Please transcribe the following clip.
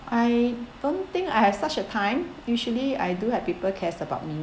I don't think I have such a time usually I do have people cares about me